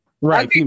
Right